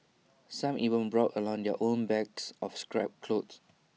some even brought along their own bags of scrap cloth